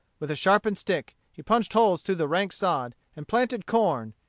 with a sharpened stick he punched holes through the rank sod, and planted corn,